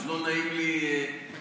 אז לא נעים לי לומר,